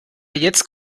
jetzt